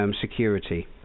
security